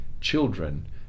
children